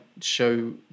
show